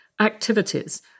activities